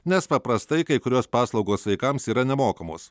nes paprastai kai kurios paslaugos vaikams yra nemokamos